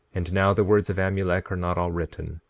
and now the words of amulek are not all written,